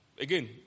again